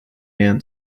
man